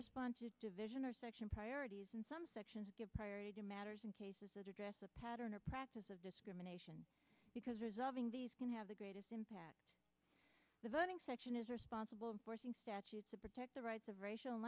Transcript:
respond to division or section priorities and some sections give priority to matters in cases addressed a pattern or practice of discrimination because resolving these can have the greatest impact the voting section is responsible statute to protect the rights of racial